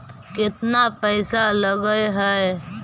केतना पैसा लगय है?